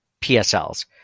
PSLs